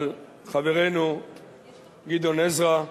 על חברנו גדעון עזרא,